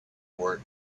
were